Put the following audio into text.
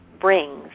brings